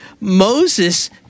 Moses